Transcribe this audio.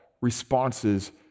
responses